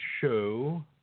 show